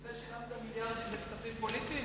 בגלל זה שילמת מיליארדים בכספים פוליטיים?